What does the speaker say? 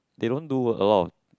they don't do a lot of